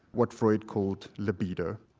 what freud called libido.